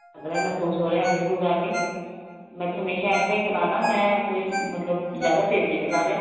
ਅਗਰ ਇਹ ਮਹਿਸੂਸ ਹੋ ਰਿਹਾ ਐਸੀ ਕੋਈ ਗੱਲ ਨਹੀਂ ਮੈਂ ਤਾਂ ਹਮੇਸ਼ਾ ਇਸ ਤਰ੍ਹਾਂ ਹੀ ਚਲਾਉਂਦਾ ਮੈਂ ਕੋਈ ਮਤਲਬ ਜ਼ਿਆਦਾ ਤੇਜ਼ ਨਹੀਂ ਚਲਾ ਰਿਹਾ